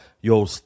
Yo